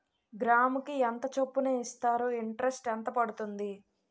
గ్రాముకి ఎంత చప్పున ఇస్తారు? ఇంటరెస్ట్ ఎంత పడుతుంది?